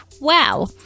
Wow